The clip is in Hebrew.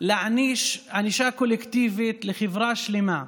להעניש ענישה קולקטיבית חברה שלמה.